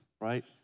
right